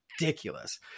ridiculous